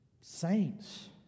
saints